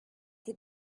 they